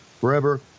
forever